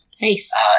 Nice